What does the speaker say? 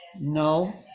No